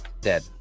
dead